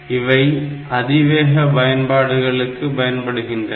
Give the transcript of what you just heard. இவை அதிவேக பயன்பாடுளுக்கு பயன்படுகின்றன